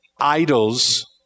idols